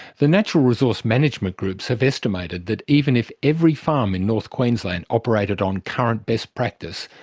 the natural resource management groups have estimated that even if every farm in north queensland operated on current best practice,